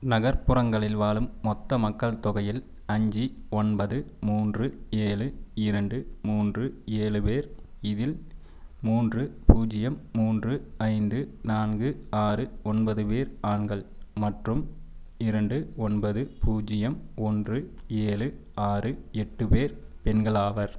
நகர்ப்புறங்களில் வாழும் மொத்த மக்கள் தொகையில் அஞ்சு ஒன்பது மூன்று ஏழு இரண்டு மூன்று ஏழு பேர் இதில் மூன்று பூஜ்யம் மூன்று ஐந்து நான்கு ஆறு ஒன்பது பேர் ஆண்கள் மற்றும் இரண்டு ஒன்பது பூஜ்யம் ஒன்று ஏழு ஆறு எட்டு பேர் பெண்கள் ஆவர்